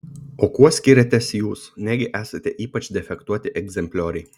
o kuo skiriatės jūs negi esate ypač defektuoti egzemplioriai